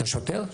את השוטר.